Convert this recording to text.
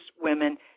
women